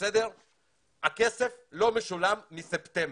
הכסף לא משולם מספטמבר,